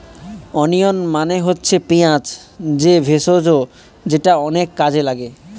onion মানে হচ্ছে পেঁয়াজ যে ভেষজ যেটা অনেক কাজে লাগে